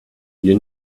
you